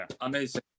Amazing